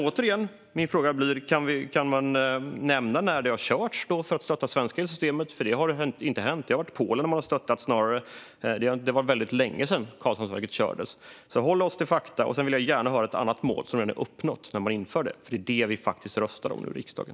Min fråga blir återigen: Kan man nämna när Karlshamnsverket har körts för att stötta det svenska elsystemet? Det har inte hänt. Det har snarare varit Polen som man har stöttat. Det var väldigt länge sedan Karlshamnsverket kördes. Låt oss hålla oss till fakta! Sedan vill jag gärna höra om ett annat mål som redan är uppnått när man inför det, för det är det som vi faktiskt röstar om nu i riksdagen.